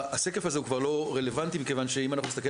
השקף הזה כבר לא רלוונטי מכיוון שאם אנחנו נסתכל